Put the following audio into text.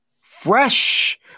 fresh